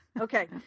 Okay